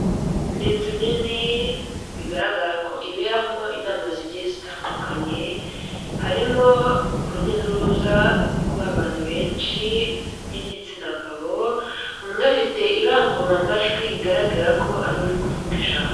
Ni inzu nini bigaragara ko iberamo inama zigiye zitandukanye, harimo urujya n'uruza rw'abantu benshi b'igitsina gabo, umwe afite irangururamajwi bigaragara ko ari we uri kuvuga ijambo.